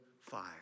fire